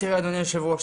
אדוני היושב-ראש,